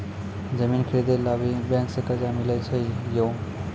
जमीन खरीदे ला भी बैंक से कर्जा मिले छै यो?